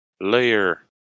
Layer